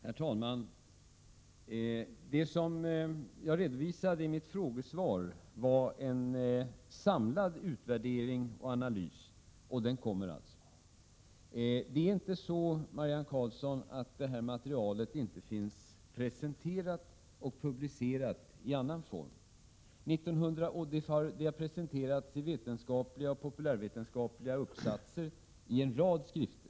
Herr talman! Jag redovisade i mitt frågesvar en samlad utvärdering och analys. Den kommer således. Det är inte så, Marianne Karlsson, att detta material inte har presenterats och publicerats i någon annan form. Det har presenterats i vetenskapliga och populärvetenskapliga uppsatser i en rad skrifter.